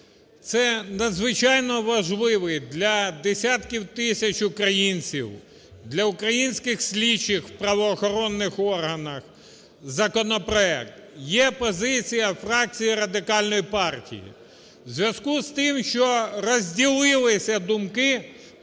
це надзвичайно важливий для десятків тисяч українців, для українських слідчих в правоохоронних органах законопроект. Є позиція фракції Радикальної партії в зв'язку з тим, що розділилися думки,